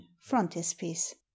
frontispiece